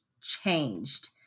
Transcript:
changed